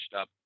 up